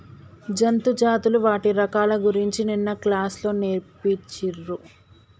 జంతు జాతులు వాటి రకాల గురించి నిన్న క్లాస్ లో నేర్పిచిన్రు